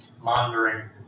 monitoring